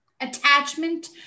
attachment